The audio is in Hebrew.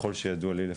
ככל שידוע לי לפחות.